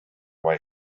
why